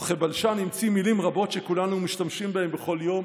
וכבלשן המציא מילים רבות שכולנו משתמשים בהן בכל יום,